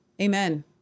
Amen